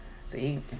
see